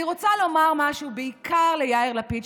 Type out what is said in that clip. אני רוצה לומר משהו בעיקר ליאיר לפיד,